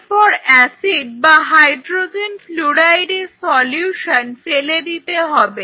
এরপর অ্যাসিড বা হাইড্রোজেন ফ্লুরাইডের সলিউশন ফেলে দিতে হবে